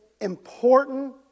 important